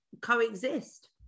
coexist